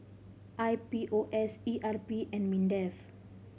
I P O S E R P and MINDEF